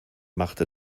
machte